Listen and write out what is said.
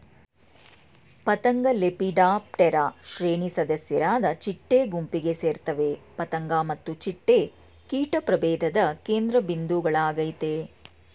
ಪತಂಗಲೆಪಿಡಾಪ್ಟೆರಾ ಶ್ರೇಣಿ ಸದಸ್ಯರಾದ ಚಿಟ್ಟೆ ಗುಂಪಿಗೆ ಸೇರ್ತವೆ ಪತಂಗ ಮತ್ತು ಚಿಟ್ಟೆ ಕೀಟ ಪ್ರಭೇಧದ ಕೇಂದ್ರಬಿಂದುಗಳಾಗಯ್ತೆ